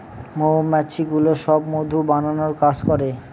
মৌমাছিগুলো সব মধু বানানোর কাজ করে